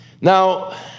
Now